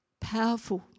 Powerful